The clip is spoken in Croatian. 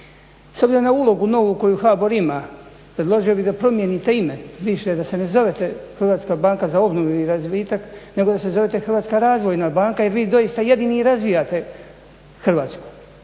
obzirom na ulogu novu koju HBOR ima predložio bih da promijenite ime, više da se ne zovete Hrvatska banka za obnovu i razvitak nego da se zovete Hrvatska razvojna banka jer vi doista jedini i razvijate Hrvatsku.